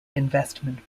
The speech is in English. investment